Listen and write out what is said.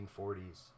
1940s